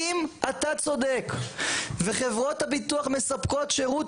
אם אתה צודק וחברות הביטוח מספקות שירות